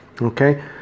okay